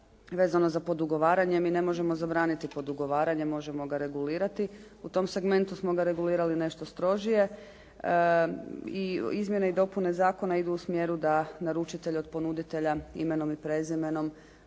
vezano za podugovaranje. Mi ne možemo zabraniti podugovaranje. Možemo ga regulirati. U tom segmentu smo ga regulirali nešto strožije i izmjene i dopune zakona idu u smjeru da naručitelj od ponuditelja imenom i prezimenom